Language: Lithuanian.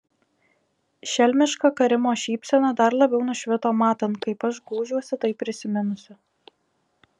šelmiška karimo šypsena dar labiau nušvito matant kaip aš gūžiuosi tai prisiminusi